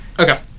Okay